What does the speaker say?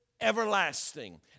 everlasting